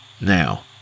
Now